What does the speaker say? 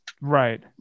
right